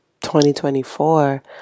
2024